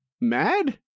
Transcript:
Mad